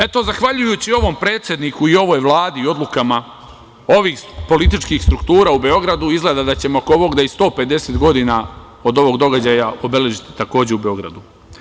Eto, zahvaljujući ovom predsedniku i ovoj Vladi i odlukama ovih političkih struktura u Beogradu izgleda da ćemo oko ovog da i 150 godina od ovog događaja obeležiti takođe u Beogradu.